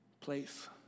place